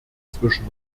zwischen